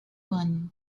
one